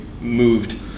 moved